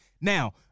Now